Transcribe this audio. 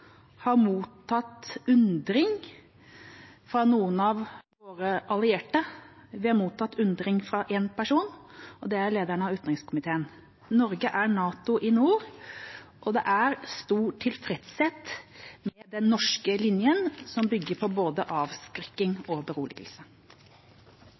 har mottatt uttrykk for undring fra noen av våre allierte. Vi har mottatt uttrykk for undring fra én person, og det er fra lederen av utenrikskomiteen. Norge er NATO i nord, og det er stor tilfredshet med den norske linja, som bygger på både avskrekking